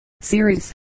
series